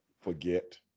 forget